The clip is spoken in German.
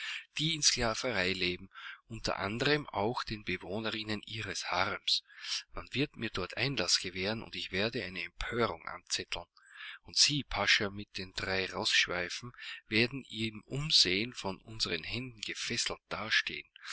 die in sklaverei leben unter anderen auch den bewohnerinnen ihres harems man wird mir dort einlaß gewähren und ich werde eine empörung anzetteln und sie pascha mit den drei roßschweifen werden im umsehen von unseren händen gefesselt dastehen